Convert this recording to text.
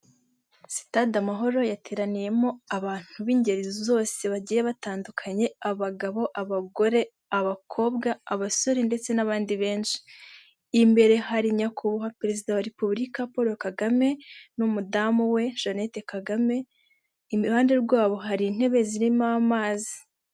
Sitade amahoro yateraniyemo abantu b'ingeri zose bagiye batandukanye, abagabo, abagore, abakobwa, abasore ndetse n'abandi benshi, imbere hari nyakubahwa perezida wa repubulika Poro Kagame n'umudamu we Janete kagame iruhande rwabo hari intebe zirimo amazi.